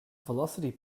velocity